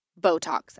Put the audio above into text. Botox